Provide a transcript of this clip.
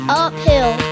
uphill